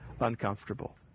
uncomfortable